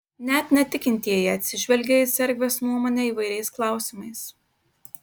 net netikintieji atsižvelgia į cerkvės nuomonę įvairiais klausimais